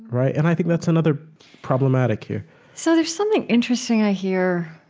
right? and i think that's another problematic here so there's something interesting i hear.